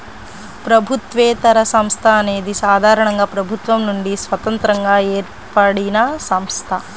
ప్రభుత్వేతర సంస్థ అనేది సాధారణంగా ప్రభుత్వం నుండి స్వతంత్రంగా ఏర్పడినసంస్థ